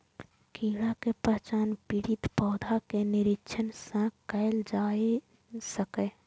कीड़ा के पहचान पीड़ित पौधा के निरीक्षण सं कैल जा सकैए